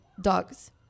dogs